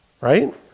Right